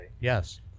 yes